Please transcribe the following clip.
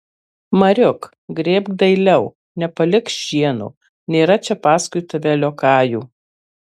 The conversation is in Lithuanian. mariuk grėbk dailiau nepalik šieno nėra čia paskui tave liokajų